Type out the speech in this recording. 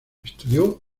estudió